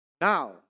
Now